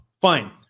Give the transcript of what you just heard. Fine